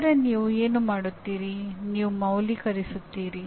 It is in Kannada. ನಂತರ ನೀವು ಏನು ಮಾಡುತ್ತೀರಿ ನೀವು ಮೌಲ್ಯೀಕರಿಸುತ್ತೀರಿ